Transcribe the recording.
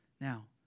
Now